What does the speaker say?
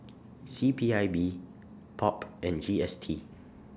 C P I B POP and G S T